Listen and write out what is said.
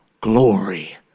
glory